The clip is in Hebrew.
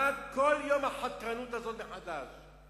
מה כל יום החתרנות הזאת מחדש?